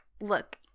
look –